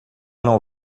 não